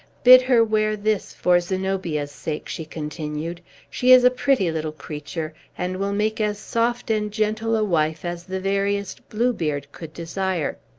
bid her wear this for zenobia's sake, she continued. she is a pretty little creature, and will make as soft and gentle a wife as the veriest bluebeard could desire.